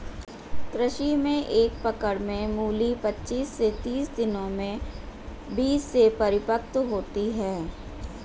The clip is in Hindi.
कृषि में एक पकड़ में मूली पचीस से तीस दिनों में बीज से परिपक्व होती है